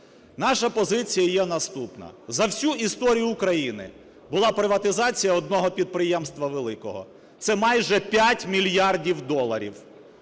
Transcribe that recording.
Наша позиція є наступна. За всю історію України була приватизація одного підприємства великого – це майже 5 мільярдів доларів.